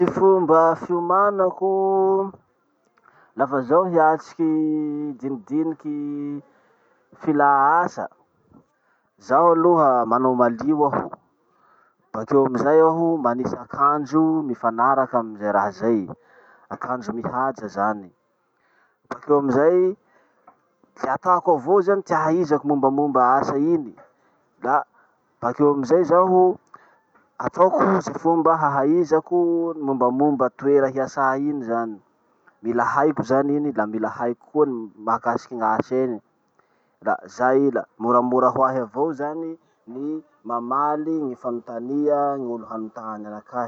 Ty fomba fiomanako lafa zaho hiatriky dinidiniky filà asa. Zaho aloha manao malio aho, bakeo amizay aho manisy akanjo mifanaraky amy ze raha zay, akanjo mihaja zany, bakeo amizay le atako avao zany ty ahaizako mombamomba asa iny, da bakeo amizay zaho ataoko ze fomba hahaizako mombamomba toera hiasa iny zany. Mila haiko zany iny la mila haiko koa ny mahakasiky gn'asa iny. Da zay i la moramora hoahy avao zany ny mamaly ny fanotania gn'olo hanotany anakahy.